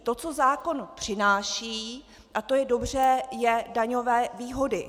To, co zákon přináší, a to je dobře, jsou daňové výhody.